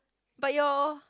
but your